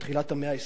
מתחילת המאה ה-20,